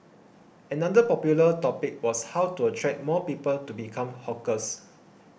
another popular topic was how to attract more people to become hawkers